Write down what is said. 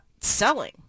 selling